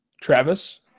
Travis